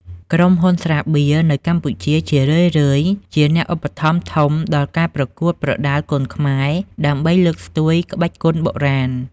ក្រុមហ៊ុន ស្រាបៀរ នៅកម្ពុជា ជារឿយៗជាអ្នកឧបត្ថម្ភធំដល់ការប្រកួតប្រដាល់គុនខ្មែរ ដើម្បីលើកស្ទួយក្បាច់គុនបុរាណ។